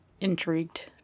intrigued